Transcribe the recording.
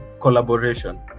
collaboration